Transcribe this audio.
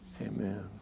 amen